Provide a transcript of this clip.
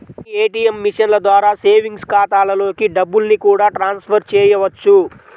కొన్ని ఏ.టీ.యం మిషన్ల ద్వారా సేవింగ్స్ ఖాతాలలోకి డబ్బుల్ని కూడా ట్రాన్స్ ఫర్ చేయవచ్చు